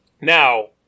Now